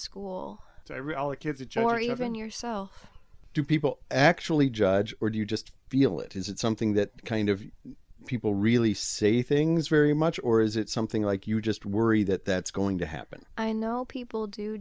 read all the kids a job or even your cell do people actually judge or do you just feel it is it something that kind of people really say things very much or is it something like you just worry that that's going to happen i know people do